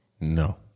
no